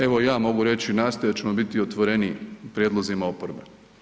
Evo, ja mogu reći, nastojat ćemo biti otvoreniji prijedlozima oporbe.